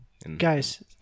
Guys